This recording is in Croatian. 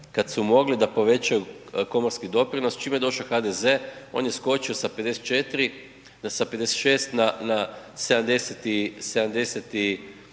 kada su mogli da povećaju komorski doprinos čim je došao HDZ on je skočio sa 56 na 76